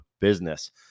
business